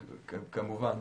כמובן.